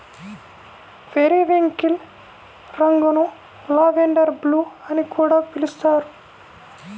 periwinkle రంగును lavender blue అని కూడా పిలుస్తారు